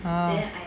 orh